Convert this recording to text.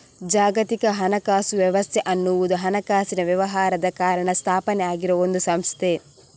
ಜಾಗತಿಕ ಹಣಕಾಸು ವ್ಯವಸ್ಥೆ ಅನ್ನುವುದು ಹಣಕಾಸಿನ ವ್ಯವಹಾರದ ಕಾರಣ ಸ್ಥಾಪನೆ ಆಗಿರುವ ಒಂದು ಸಂಸ್ಥೆ